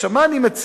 עכשיו, מה אני מציע?